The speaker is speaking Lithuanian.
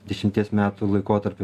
dešimties metų laikotarpiu